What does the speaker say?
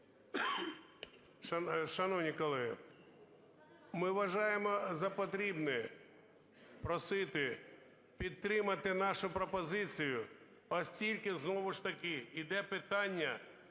Шановні колеги, ми вважаємо за потрібне просити підтримати нашу пропозицію, оскільки, знову ж таки, іде питання